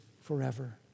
forever